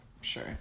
Sure